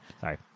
Sorry